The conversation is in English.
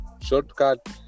Shortcut